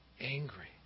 angry